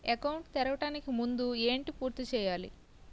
Account తెరవడానికి ముందు ఏంటి పూర్తి చేయాలి?